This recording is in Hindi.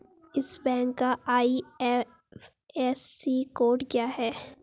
इस बैंक का आई.एफ.एस.सी कोड क्या है?